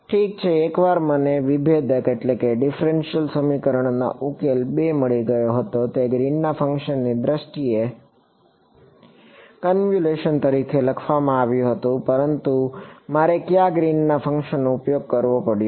ઠીક છે એકવાર મને વિભેદક સમીકરણ અને ઉકેલ 2 મળી ગયો તે ગ્રીનના ફંક્શનની દ્રષ્ટિએ કન્વ્યુલેશન તરીકે લખવામાં આવ્યું હતું પરંતુ મારે કયા ગ્રીન ફંક્શનનો ઉપયોગ કરવો પડ્યો